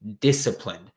disciplined